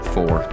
Four